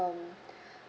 um